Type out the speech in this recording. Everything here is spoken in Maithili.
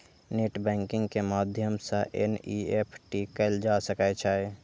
नेट बैंकिंग के माध्यम सं एन.ई.एफ.टी कैल जा सकै छै